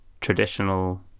traditional